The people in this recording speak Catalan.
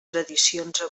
tradicions